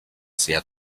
sehr